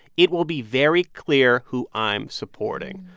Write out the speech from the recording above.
it will be very clear who i'm supporting.